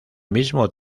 mismo